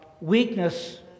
weakness